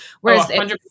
whereas